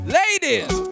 ladies